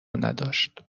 نداشت